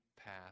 path